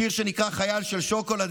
שיר שנקרא "חייל של שוקולד",